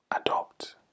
adopt